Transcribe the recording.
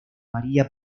maría